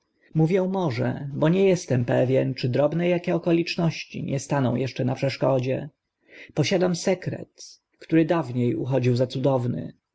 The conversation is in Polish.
mówię może bo nie estem pewien czy drobne akie okoliczności nie staną eszcze na przeszkodzie posiadam sekret który dawnie uchodził za cudowny